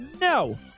No